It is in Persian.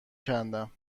کندم